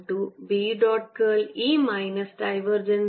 BB